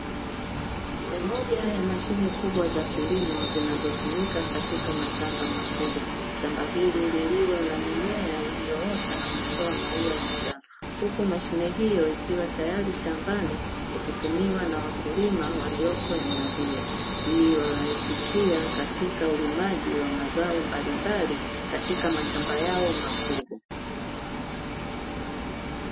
Ni moja ya mashine kubwa za kilimo zinazotumika katika mashamba makubwa, shamba hili lililo na mimea iliyoota na kutoa maua ya njano huku mashine hiyo ikiwa tayari shambani ikitumiwa na wakulima walioko eneo hilo, hii huwarahisishia katika ulimaji wa mazao mbalimbali katika mashamba yao makubwa.